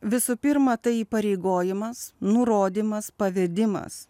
visų pirma tai įpareigojimas nurodymas pavedimas